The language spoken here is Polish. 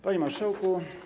Panie Marszałku!